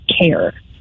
care